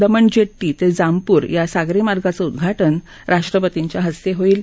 दमण जद्दी तज्ञामपुर या सागरी मार्गाचं उद्घाटन राष्ट्रपतींच्या हस्तविईल